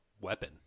weapon